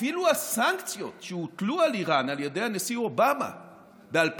אפילו הסנקציות שהוטלו על איראן על ידי הנשיא אובמה ב-2010,